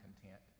content